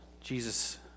Jesus